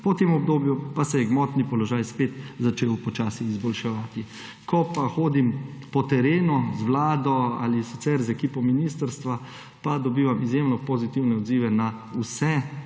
Po tem obdobju pa se je gmotni položaj spet začel počasi izboljševati. Ko pa hodim po terenu z vlado ali sicer z ekipo ministrstva, pa dobivam izjemno pozitivne odzive na vse